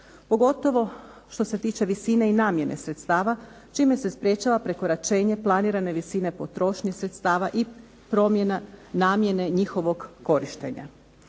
pogotovo što se tiče visine i namjene sredstava čime se sprječava prekoračenje planirane visine potrošnje sredstava i promjena namjene njihovog korištenja.